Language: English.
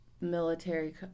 military